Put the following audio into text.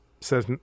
says